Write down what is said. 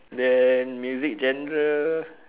then music genre